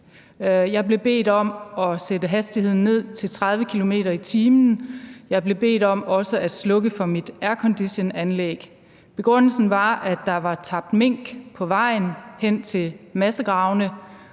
Jeg blev bedt om at sætte hastigheden ned til 30 km/t. Jeg blev bedt om også at slukke for mit airconditionanlæg. Begrundelsen var, at der var tabt mink på vejen hen til massegravene,